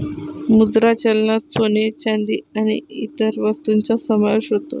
मुद्रा चलनात सोने, चांदी आणि इतर वस्तूंचा समावेश होतो